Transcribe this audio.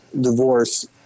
divorce